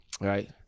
Right